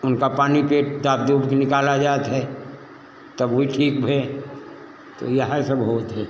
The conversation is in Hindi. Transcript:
उनका पानी पेट दाब दूब के निकाला जात है तब उही ठीक भै तो यहे सब होत हे